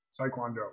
Taekwondo